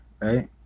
Right